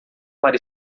para